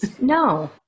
No